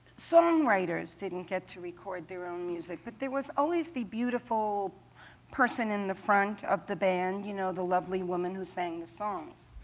songwriters didn't get to record their own music, but there was always the beautiful person in the front of the band, you know the lovely woman who sang the songs.